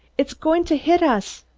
it's going to hit us!